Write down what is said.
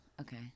okay